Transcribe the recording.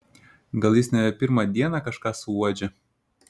gal jis nebe pirmą dieną kažką suuodžia